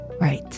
right